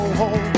home